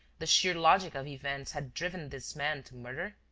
the sheer logic of events had driven this man to murder?